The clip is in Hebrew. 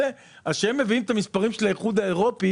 כשהם מביאים את המספרים של האיחוד האירופי